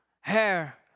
hair